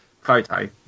photo